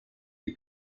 die